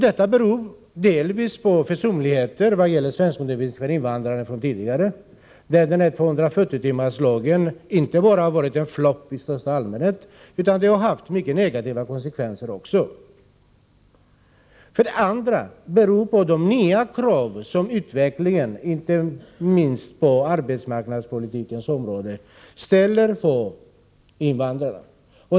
Detta beror delvis på tidigare försumligheter när det gäller svenskundervisningen för invandrare. 240-timmarslagen har inte bara varit en flopp, utan den har fått mycket negativa konsekvenser. Vidare är orsaken de krav som utvecklingen, inte minst på arbetsmarknadspolitikens område, ställer på invandrarna.